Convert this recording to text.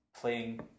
playing